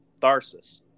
Tharsis